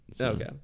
Okay